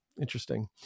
Interesting